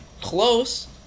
Close